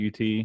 ut